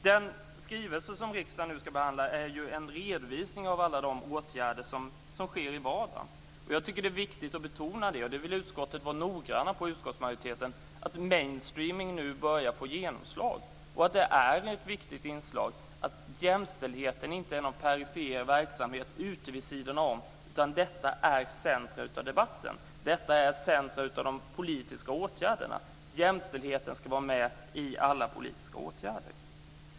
Den skrivelse som riksdagen nu ska behandla är ju en redovisning av alla de åtgärder som sker i vardagen. Jag tycker att det är viktigt att betona, och det vill utskottsmajoriteten vara noggrann med, att mainstreaming nu börjar få genomslag. Det är ett viktig inslag. Jämställdheten är inte någon perifer verksamhet vid sidan om. Detta är det centrala i debatten. Detta är det centrala i de politiska åtgärderna. Jämställdheten ska vara med i alla politiska åtgärder.